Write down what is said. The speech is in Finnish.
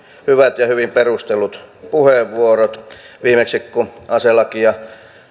hyvät ja hyvin perustellut puheenvuorot viimeksi kun aselakia